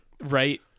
right